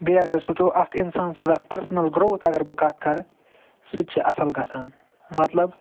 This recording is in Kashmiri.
بیٚیہِ اگر أسۍ وٕچھو اَکھ اِنسان سٕنٛز اَکھ پٔرسٕنَل گرٛوتھ اگر بہٕ کَتھ کَرٕ سُہ تہِ چھِ اصٕل گَژھان مطلب